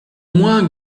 moins